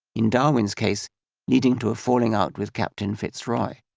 in darwin's case leading to a falling out with captain fitzroy.